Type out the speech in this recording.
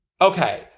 Okay